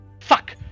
Fuck